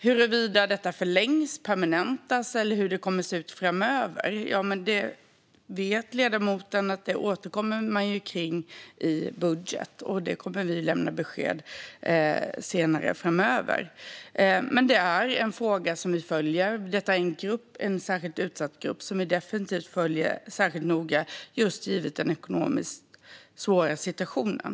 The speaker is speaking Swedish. Huruvida detta förlängs eller permanentas och hur det kommer att se ut framöver får vi återkomma till i budgeten - och det vet ledamoten. Vi lämnar besked framöver. Det här är en fråga som vi följer, och det gäller en särskilt utsatt grupp som vi definitivt följer särskilt noga givet den ekonomiskt svåra situationen.